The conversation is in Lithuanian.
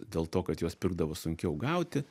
dėl to kad juos pirkdavo sunkiau gauti